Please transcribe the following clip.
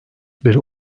bir